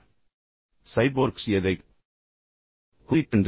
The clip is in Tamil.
இப்போது சைபோர்க்ஸ் எதைக் குறிக்கின்றன